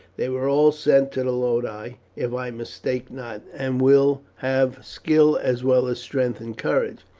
they were all sent to the ludi, if i mistake not, and will have skill as well as strength and courage.